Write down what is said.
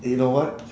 you know what